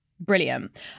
brilliant